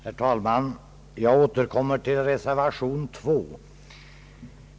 Herr talman! Jag återkommer till reservation 2.